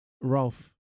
Ralph